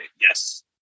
yes